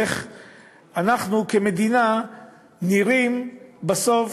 ואיך אנחנו כמדינה נראים בסוף,